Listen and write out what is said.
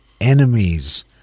enemies